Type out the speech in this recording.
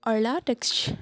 Ola tax